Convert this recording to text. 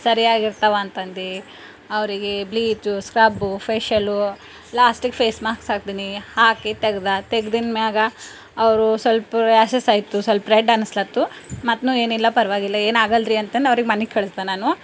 ಸರಿಯಾಗಿರ್ತಾವೆ ಅಂತಂದು ಅವ್ರಿಗೆ bleach scrub facial ಲಾಸ್ಟಿಗೆ ಫೇಸ್ ಮಾಕ್ಸ್ ಹಾಕ್ತೀನಿ ಹಾಕಿ ತೆಗ್ದು ತೆಗ್ದಿನ ಮ್ಯಾಲ ಅವರು ಸ್ವಲ್ಪ ರ್ಯಾಶಸ್ ಆಯ್ತು ಸ್ವಲ್ಪ ರೆಡ್ ಅನಿಸ್ಲತ್ತು ಮತ್ತು ಏನಿಲ್ಲ ಪರವಾಗಿಲ್ಲ ಏನಾಗೋಲ್ರಿ ಅಂತಂದು ಅವ್ರಿಗೆ ಮನೆಗೆ ಕಳಿಸ್ದೆ ನಾನು